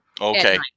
Okay